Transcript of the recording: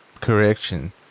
correction